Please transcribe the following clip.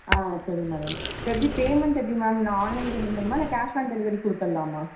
ஆ சரி மேடம் இப்போ எப்படி பேமண்ட் எப்படி மேம் நான் ஆன்லைன் பேமண்ட் பண்ணுமா இல்லை கேஷ் ஆன் டெலிவெரி குடுத்தடலாமா